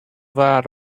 that